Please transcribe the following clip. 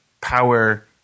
power